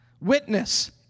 Witness